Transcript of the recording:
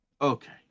Okay